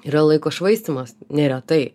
yra laiko švaistymas neretai